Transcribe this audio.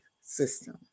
system